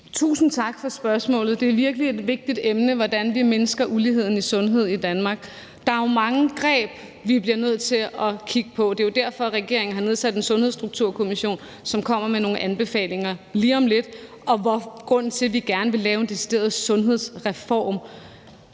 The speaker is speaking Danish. Tusind tak for spørgsmålet. Det er virkelig et vigtigt emne, hvordan vi mindsker uligheden i sundhed i Danmark. Der er jo mange greb, vi bliver nødt til at kigge på. Det er derfor, regeringen har nedsat en Sundhedsstrukturkommission, som kommer med nogle anbefalinger lige om lidt, og det er grunden til, at vi gerne vil lave en decideret sundhedsreform.